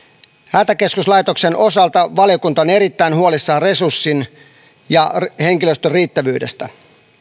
hätäkeskuslaitoksen osalta valiokunta on erittäin huolissaan resurssin ja henkilöstön riittävyydestä